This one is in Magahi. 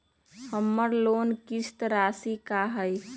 हमर लोन किस्त राशि का हई?